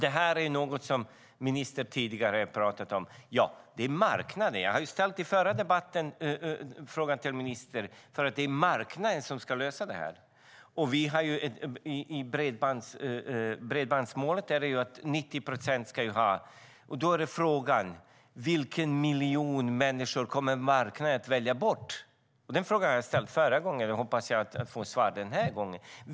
Det är något som ministern och jag tidigare talat om. Jag ställde en fråga i förra debatten till ministern och fick svaret att det är marknaden som ska lösa detta. Bredbandsmålet är att 90 procent ska ha tillgång till bredband. Då är frågan: Vilken miljon människor kommer marknaden att välja bort? Den frågan ställde jag förra gången, och jag hoppas att jag kan få svar den här gången.